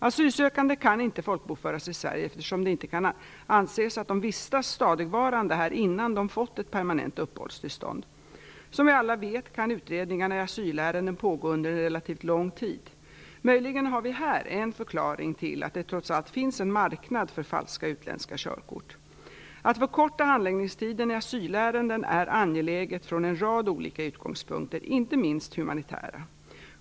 Asylsökande kan inte folkbokföras i Sverige, eftersom det inte kan anses att de vistas stadigvarande här innan de fått ett permanent uppehållstillstånd. Som vi alla vet kan utredningarna i asylärenden pågå under en relativt lång tid. Möjligen har vi här en förklaring till att det trots allt finns en "marknad" för falska utländska körkort. Att förkorta handläggningstiden i asylärenden är angeläget från en rad olika utgångspunkter, inte minst humanitära.